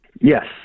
Yes